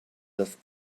dass